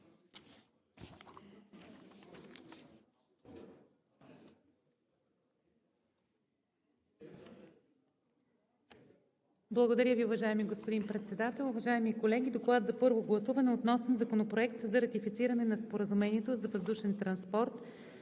Благодаря Ви, уважаеми господин Председател. Уважаеми колеги! „ДОКЛАД за първо гласуване относно Законопроект за ратифициране на Споразумението за въздушен транспорт